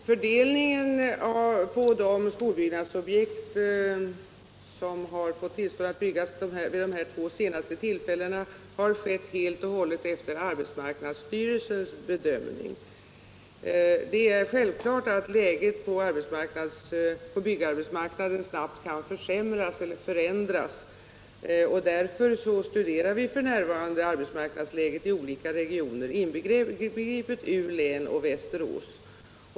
Herr talman! Fördelningen av byggnadstillstånd till skolbyggnadsobjekt har vid de två senaste tillfällena skett helt och hållet efter arbetsmarknadsstyrelsens bedömning. Det är självklart att läget på byggarbetsmarknaden snabbt kan förändras och försämras. Därför studerar vi f. n. arbetsmarknadsläget i olika regioner, inbegripet U-län och Västerås.